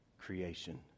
creation